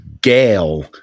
gale